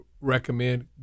recommend